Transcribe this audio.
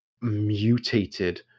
mutated